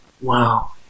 Wow